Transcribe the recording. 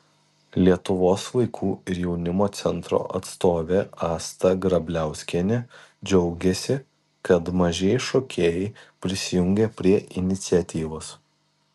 lietuvos vaikų ir jaunimo centro atstovė asta grabliauskienė džiaugėsi kad mažieji šokėjai prisijungė prie iniciatyvos